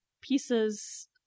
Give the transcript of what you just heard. pieces